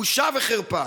בושה וחרפה.